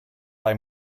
bei